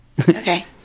Okay